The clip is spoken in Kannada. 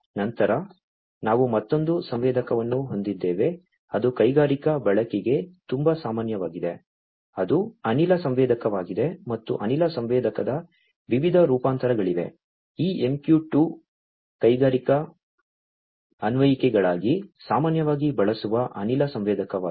ನಂತರ ನಾವು ಮತ್ತೊಂದು ಸಂವೇದಕವನ್ನು ಹೊಂದಿದ್ದೇವೆ ಅದು ಕೈಗಾರಿಕಾ ಬಳಕೆಗೆ ತುಂಬಾ ಸಾಮಾನ್ಯವಾಗಿದೆ ಅದು ಅನಿಲ ಸಂವೇದಕವಾಗಿದೆ ಮತ್ತು ಅನಿಲ ಸಂವೇದಕದ ವಿವಿಧ ವಿವಿಧ ರೂಪಾಂತರಗಳಿವೆ ಈ MQ 2 ಕೈಗಾರಿಕಾ ಅನ್ವಯಿಕೆಗಳಿಗಾಗಿ ಸಾಮಾನ್ಯವಾಗಿ ಬಳಸುವ ಅನಿಲ ಸಂವೇದಕವಾಗಿದೆ